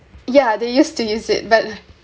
yeah they used to use it but